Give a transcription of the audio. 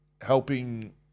helping